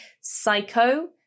psycho